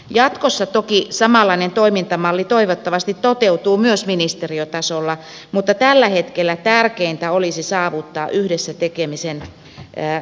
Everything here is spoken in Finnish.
jatkossa toki samanlainen toimintamalli toivottavasti toteutuu myös ministeriötasolla mutta tällä hetkellä tärkeintä olisi saavuttaa yhdessä tekemisen kulttuuri kuntatasolla